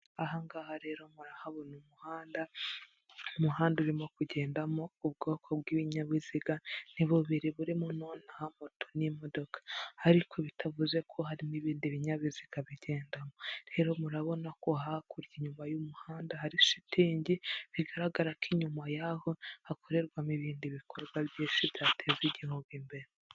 Aha ngaha rero murahabona umuhanda, umuhanda urimo kugendamo ubwoko bw'ibinyabiziga, ni bubiri burimo none aha moto n'imodoka, ariko bitavuze ko hari n'ibindi binyabiziga bigenda, rero murabona ko hakurya inyuma y'umuhanda hari shitingi bigaragara ko inyuma y'aho hakorerwamo ibindi bikorwa byinshi byateza igihugu imbere.